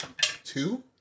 Two